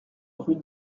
rue